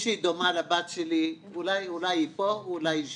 מישהי שדומה לבת שלי, אולי היא פה, אולי היא שם.